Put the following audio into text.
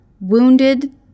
Wounded